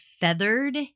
feathered